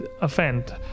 offend